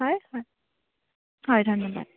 হয় হয় হয় ধন্যবাদ